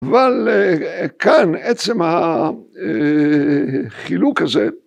אבל כאן עצם החילוק הזה